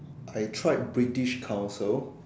I tried British-Council